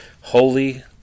Holy